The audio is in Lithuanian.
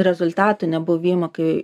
rezultatų nebuvimą kai